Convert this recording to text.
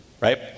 right